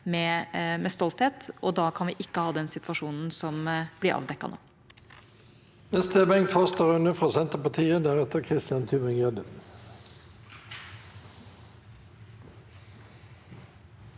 med stolthet. Da kan vi ikke ha den situasjonen som ble avdekket.